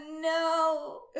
no